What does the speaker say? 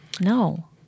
no